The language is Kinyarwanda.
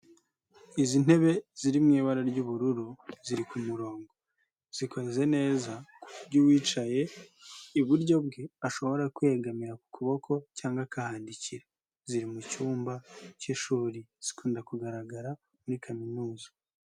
Izi ntebe ziri mu ibara ry'ubururu, ziri ku murongo. Zikoze neza ku buryo uwicaye iburyo bwe ashobora kwegamira ku kuboko cyangwa akahandikira. Ziri mu cyumba k'ishuri, zikunda kugaragara muri kaminuza.